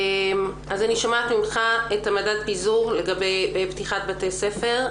אני שומעת ממך את מדד הפיזור לגבי פתיחת בתי ספר,